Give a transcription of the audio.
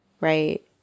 right